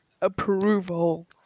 approval